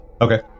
Okay